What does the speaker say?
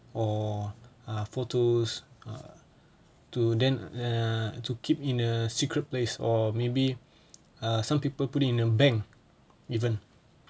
or uh photos ah to then err to keep in a secret place or maybe err some people put it in a bank even